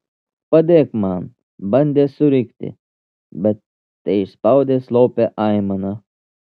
padėk man bandė surikti bet teišspaudė slopią aimaną